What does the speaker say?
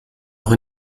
auch